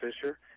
Fisher